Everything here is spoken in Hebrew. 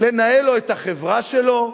לנהל לו את החברה שלו,